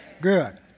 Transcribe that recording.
Good